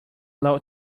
low